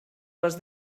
les